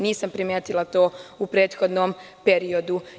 Nisam primetila to u prethodnom periodu.